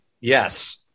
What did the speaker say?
Yes